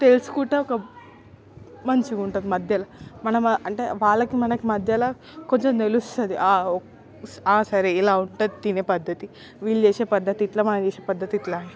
తెలుసుకుంటే ఒక మంచిగుంటుంది మధ్యల మనమా అంటే వాళ్ళకి మనకి మధ్యల కొంచెం తెలుస్తది ఓ స సరే ఇలా ఉంటుంది తినే పద్దతి వీళ్ళు చేసే పద్దతిట్లా మనం చేసే పద్దతిట్లా